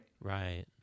right